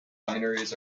binaries